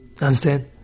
understand